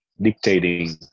dictating